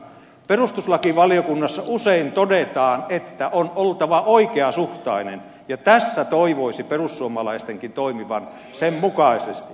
perustuslakivaliokunnassa usein todetaan että on oltava oikeasuhtainen ja tässä toivoisi perussuomalaistenkin toimivan sen mukaisesti